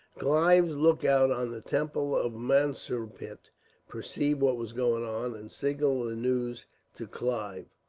clive's lookout on the temple of mansurpet perceived what was going on, and signalled the news to clive,